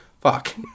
Fuck